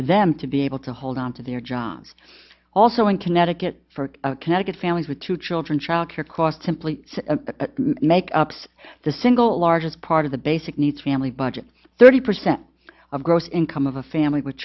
for them to be able to hold on to their jobs also in connecticut for connecticut families with two children childcare costs simply makeups the single largest part of the basic needs family budget thirty percent of gross income of a family with